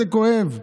זה כואב.